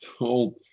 old